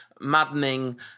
maddening